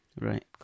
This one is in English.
Right